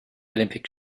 olympic